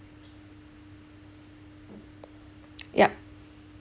yup